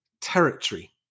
territory